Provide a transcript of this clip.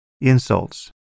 insults